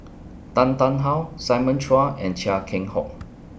Tan Tarn How Simon Chua and Chia Keng Hock